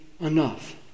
enough